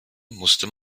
musste